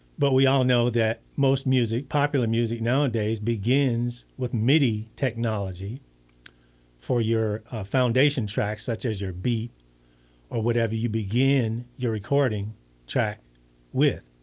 but we all know that most music, popular music nowadays begins with midi technology for your foundation tracks, such as your beat or whatever you begin your recording or track with.